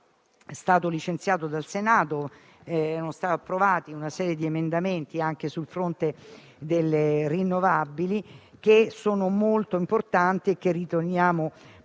stato licenziato dal Senato erano stati approvati una serie di emendamenti anche sul fronte delle rinnovabili, che sono molto importanti e che anzi riteniamo